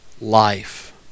life